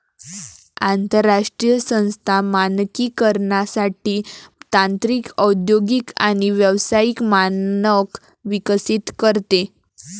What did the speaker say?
आंतरराष्ट्रीय संस्था मानकीकरणासाठी तांत्रिक औद्योगिक आणि व्यावसायिक मानक विकसित करते